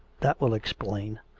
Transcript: that will explain.